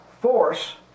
force